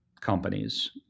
companies